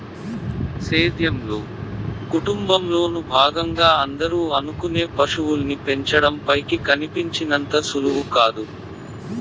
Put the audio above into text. సేద్యంలో, కుటుంబంలోను భాగంగా అందరూ అనుకునే పశువుల్ని పెంచడం పైకి కనిపించినంత సులువు కాదు